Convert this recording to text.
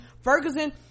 Ferguson